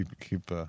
keep